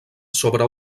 sobre